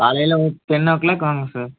காலையில் ஒரு ten o'clock வாங்க சார்